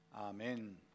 Amen